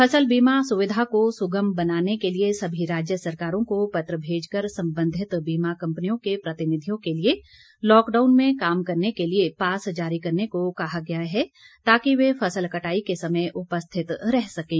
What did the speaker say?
फसल बीमा सुविधा को सुगम बनाने के लिए सभी राज्य सरकारों को पत्र भेजकर संबंधित बीमा कंपनियों के प्रतिनिधियों के लिए लॉकडाउन में काम करने के लिए पास जारी करने को कहा गया है ताकि वे फसल कटाई के समय उपस्थित रह सकें